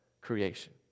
creation